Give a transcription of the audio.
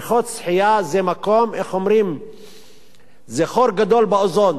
בריכות שחייה זה חור גדול באוזון.